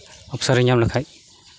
ᱚᱯᱥᱚᱨᱤᱧ ᱧᱟᱢ ᱞᱮᱠᱷᱟᱡ